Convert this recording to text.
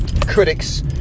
critics